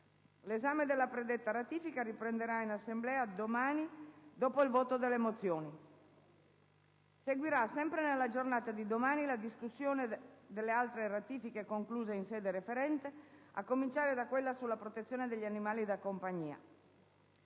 L'esame della predetta ratifica riprenderà in Assemblea domani, dopo il voto delle mozioni. Seguirà, sempre nella giornata di domani, la discussione delle altre ratifiche concluse in sede referente, a cominciare da quella sulla protezione degli animali da compagnia.